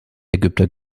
ägypter